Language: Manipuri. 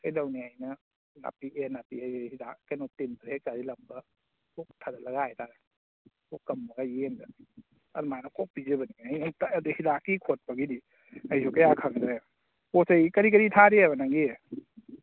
ꯀꯩꯗꯧꯅꯤ ꯍꯥꯏꯅ ꯅꯥꯄꯤ ꯑꯦ ꯅꯥꯄꯤ ꯑꯌꯦ ꯍꯤꯗꯥꯛ ꯀꯩꯅꯣ ꯇꯤꯟ ꯍꯦꯛ ꯇꯥꯁꯤꯜꯂꯛꯄ ꯀꯣꯛ ꯊꯗꯠꯂꯒ ꯍꯥꯏꯇꯥꯔꯦ ꯀꯣꯛ ꯀꯪꯕꯒ ꯌꯦꯟꯗ ꯑꯗꯨꯃꯥꯏꯅ ꯀꯣꯛ ꯄꯤꯖꯕꯅꯦ ꯑꯩ ꯑꯩ ꯀꯛꯑꯗꯤ ꯍꯤꯗꯥꯛꯀꯤ ꯈꯣꯠꯄꯒꯤꯗꯤ ꯑꯩꯁꯨ ꯀꯌꯥ ꯈꯪꯗ꯭ꯔꯦ ꯄꯣꯠꯆꯩ ꯀꯔꯤ ꯀꯔꯤ ꯊꯥꯔꯤ ꯍꯥꯏꯕ ꯅꯪꯒꯤ